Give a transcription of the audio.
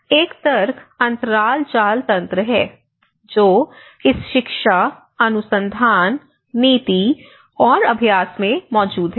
एक तर्क अंतराल जाल तंत्र है जो इस शिक्षा अनुसंधान नीति और अभ्यास में मौजूद है